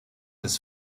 des